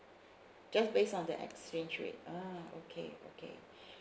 just based on the exchange rate ah okay okay